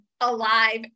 alive